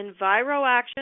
EnviroAction